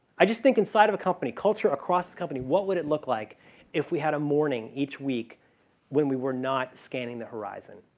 i just think inside of a company, culture across company. what would it look like if we had a morning each week when we were not scanning the horizon,